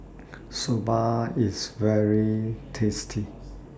Soba IS very tasty